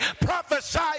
prophesy